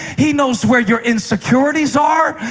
he knows where your insecurities are.